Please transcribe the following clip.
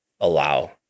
allow